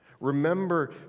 Remember